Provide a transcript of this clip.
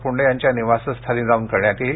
पुंडे यांच्या निवासस्थानी जाऊन करण्यात येईल